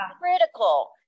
critical